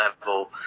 level